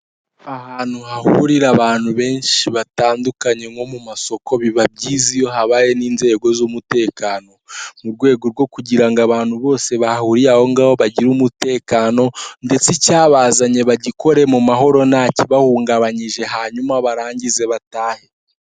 Ahantu hahurira abantu benshi batandukanye, nko mu masoko, biba byiza iyo habayemo inzego z'umutekano, mu rwego rwo kugira ngo abantu bose bahuriye aho ngaho bagire umutekano, ndetse icyabazanye bagikore mu mahoro, nta kibahungabanyije, hanyuma barangize batahe.